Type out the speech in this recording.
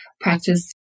practice